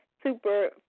super